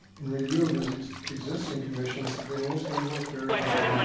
in review of his existing commissions, they mostly work very well,